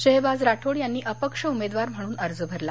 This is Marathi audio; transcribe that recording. शेहबाज राठोड यांनी अपक्ष उमेदवार म्हणून अर्ज भरला